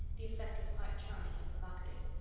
the effect was quite charming and provocative,